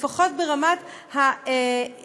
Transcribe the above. לפחות ברמת ההתחלה,